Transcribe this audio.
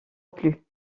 plus